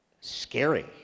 scary